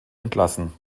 entlassen